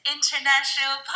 International